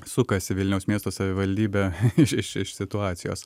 sukasi vilniaus miesto savivaldybė iš situacijos